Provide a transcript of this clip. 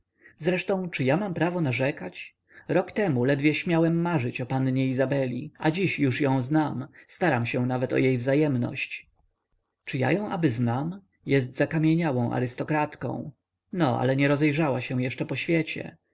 zresztą czy ja mam prawo narzekać rok temu ledwie śmiałem marzyć o pannie izabeli a dziś już ją znam staram się nawet o jej wzajemność czy ja ją aby znam jest zakamieniałą arystokratką no ale nie rozejrzała się jeszcze w świecie